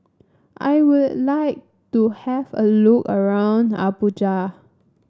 I would like to have a look around Abuja